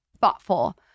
thoughtful